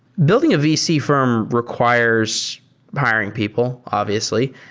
building a vc fi rm requires hiring people, obviously.